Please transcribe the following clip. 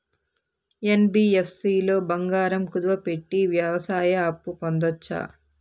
NBFC లో బంగారం కుదువు పెట్టి వ్యవసాయ అప్పు పొందొచ్చా?